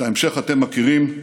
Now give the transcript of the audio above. את ההמשך אתם מכירים.